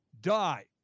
die